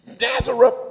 Nazareth